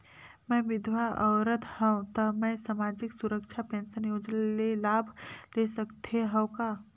मैं विधवा औरत हवं त मै समाजिक सुरक्षा पेंशन योजना ले लाभ ले सकथे हव का?